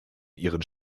ihren